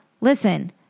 listen